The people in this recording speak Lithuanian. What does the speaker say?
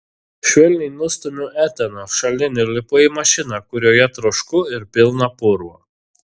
švelniai nustumiu etaną šalin ir lipu į mašiną kurioje trošku ir pilna purvo